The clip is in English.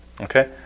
Okay